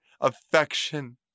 affection